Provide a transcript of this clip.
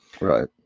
Right